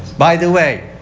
by the way,